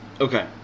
Okay